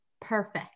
Perfect